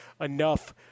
enough